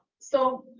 so,